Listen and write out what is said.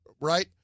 right